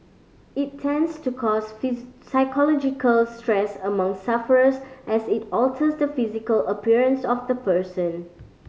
it tends to cause psychological stress among sufferers as it alters the physical appearance of the person